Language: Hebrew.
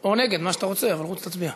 או נגד, מה שאתה רוצה, אבל רוץ תצביע.